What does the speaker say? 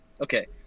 okay